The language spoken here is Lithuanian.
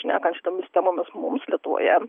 šnekant šitomis temomis mums lietuvoje